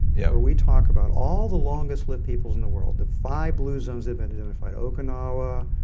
yeah where we talk about all the longest lived peoples in the world. the five blue zones they've and identified, okinawa,